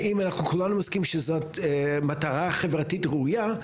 אם כולנו מסכימים שזאת מטרה חברתית ראויה,